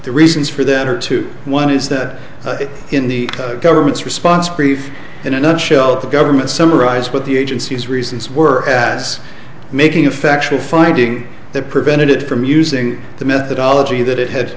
the reasons for that are two one is that in the government's response brief in a nutshell the government summarized what the agency's reasons were as making a factual finding that prevented it from using the methodology that it had